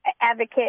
advocate